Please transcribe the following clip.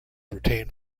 retained